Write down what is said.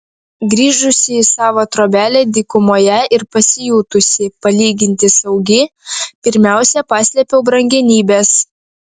grįžusi į savo trobelę dykumoje ir pasijutusi palyginti saugi pirmiausia paslėpiau brangenybes